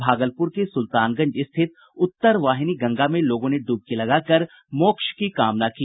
भागलपुर के सुल्तानगंज स्थित उत्तर वाहनी गंगा में लोगों ने डुबकी लगाकर मोक्ष की कामना की